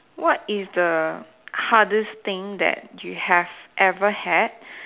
what is the hardest thing that you have ever had